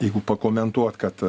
jeigu pakomentuot kad